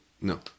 No